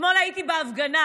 אתמול הייתי בהפגנה,